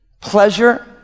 pleasure